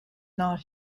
not